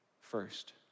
first